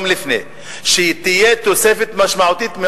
שתהיה תוספת משמעותית,